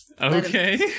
Okay